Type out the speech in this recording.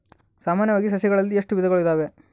ಸಾಮಾನ್ಯವಾಗಿ ಸಸಿಗಳಲ್ಲಿ ಎಷ್ಟು ವಿಧಗಳು ಇದಾವೆ?